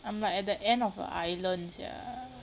I'm like at the end of a island sia